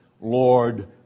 Lord